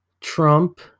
Trump